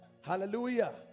Hallelujah